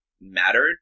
mattered